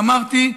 אמרתי: